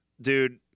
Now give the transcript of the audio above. Dude